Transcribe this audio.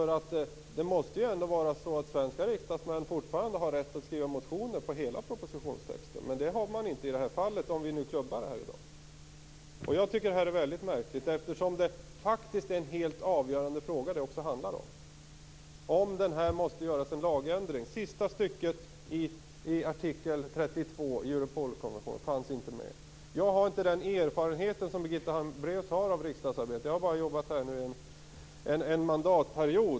Svenska riksdagsmän måste ju ändå fortfarande ha rätt att skriva motioner på grundval av hela propositionstexten. Men den har man inte haft tillgång till i det här fallet, om förslagen klubbas igenom i dag. Jag tycker att detta är väldigt märkligt, eftersom det faktiskt handlar om en helt avgörande fråga, om det måste göras en lagändring. Sista stycket i artikel Jag har inte den erfarenheten som Birgitta Hambraeus har av riksdagsarbete. Jag har bara varit här en mandatperiod.